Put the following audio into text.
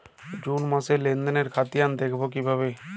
June মাসের লেনদেনের খতিয়ান দেখবো কিভাবে?